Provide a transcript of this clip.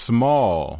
Small